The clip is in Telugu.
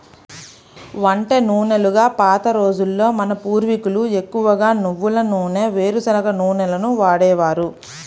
వంట నూనెలుగా పాత రోజుల్లో మన పూర్వీకులు ఎక్కువగా నువ్వుల నూనె, వేరుశనగ నూనెలనే వాడేవారు